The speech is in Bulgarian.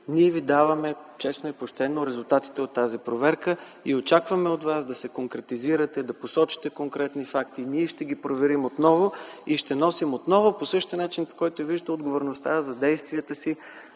Ние Ви даваме честно и почтено резултатите от тази проверка и очакваме от Вас да се конкретизирате, да посочите конкретни факти. Ние ще ги проверим отново и ще носим отново по същия начин, по който виждате, отговорността за действията си,